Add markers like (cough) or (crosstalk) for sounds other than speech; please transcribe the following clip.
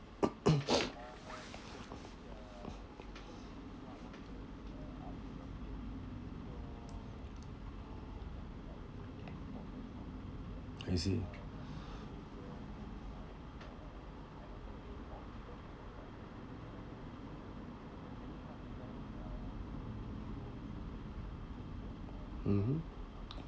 (coughs) I see mmhmm